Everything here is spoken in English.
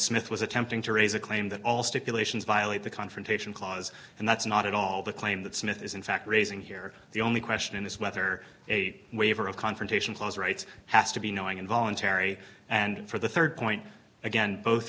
smith was attempting to raise a claim that all stipulations violate the confrontation clause and that's not at all the claim that smith is in fact raising here the only question is whether a waiver of confrontation clause rights has to be knowing involuntary and for the rd point again both